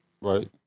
Right